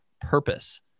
purpose